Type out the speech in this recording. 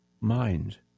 mind